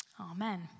Amen